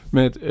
met